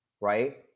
Right